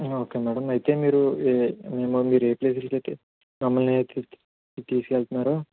okay madam అయితే మీరు ఏ మేము మీరు ఏ ప్లేస్లకైతే మమ్మల్ని తీసుకెళ్తన్నారో